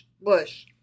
bush